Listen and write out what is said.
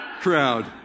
crowd